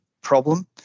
problem